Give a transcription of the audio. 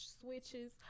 switches